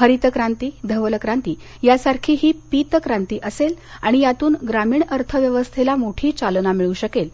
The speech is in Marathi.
हरित क्रांती धवल क्रांतीसारखी ही पीत क्रांती असेल आणि यातून ग्रामीण अर्थव्यवस्थेला मोठी चालना मिळू शकेल